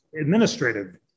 administrative